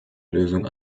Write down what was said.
lösung